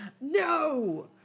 No